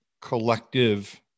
collective